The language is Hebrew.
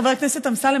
חבר הכנסת אמסלם,